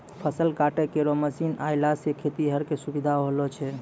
फसल काटै केरो मसीन आएला सें खेतिहर क सुबिधा होलो छै